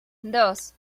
dos